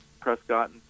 Prescott